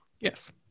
yes